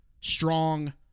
strong